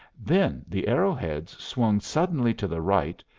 then, the arrow-heads swung suddenly to the right,